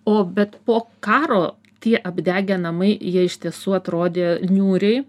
o bet po karo tie apdegę namai jie iš tiesų atrodė niūriai